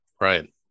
right